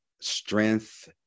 strength